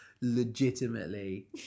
legitimately